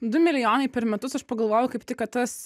du milijonai per metus aš pagalvojau kaip tik kad tas